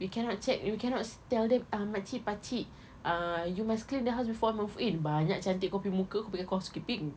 we cannot check we cannot tell them ah makcik pakcik ah you must clean the house before move in banyak cantik kau punya muka kau fikir aku housekeeping